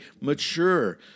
mature